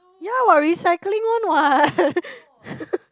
ya what recycling one what